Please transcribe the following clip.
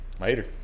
Later